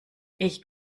ich